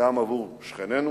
גם עבור שכנינו,